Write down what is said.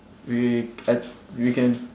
we we can